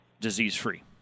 disease-free